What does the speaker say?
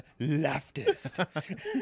leftist